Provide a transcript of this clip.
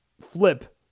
flip